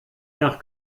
nach